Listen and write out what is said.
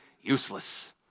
useless